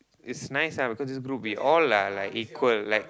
is nice ah because this group we all are like equal like